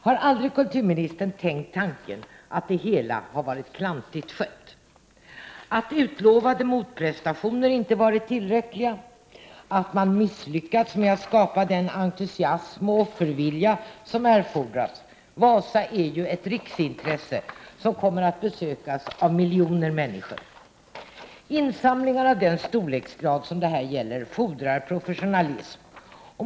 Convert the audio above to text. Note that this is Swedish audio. Har aldrig kulturministern tänkt tanken att det hela har varit klantigt skött, att utlovade motprestationer inte varit tillräckliga, att man misslyckats med att skapa den entusiasm och offervilja som erfordras? Wasa är ju ett riksintresse och kommer att besökas av miljoner människor. Insamlingar av den storlek som det här gäller fordrar professionalism.